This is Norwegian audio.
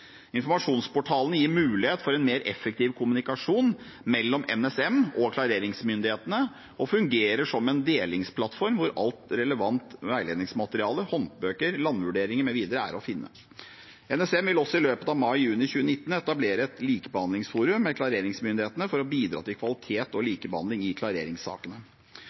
gir mulighet for en mer effektiv kommunikasjon mellom NSM og klareringsmyndighetene og fungerer som en delingsplattform hvor alt relevant veiledningsmateriale, håndbøker, landvurderinger mv. er å finne. Nasjonal sikkerhetsmyndighet vil også i løpet av mai–juni 2019 etablere et likebehandlingsforum med klareringsmyndighetene for å bidra til kvalitet og likebehandling i klareringssakene.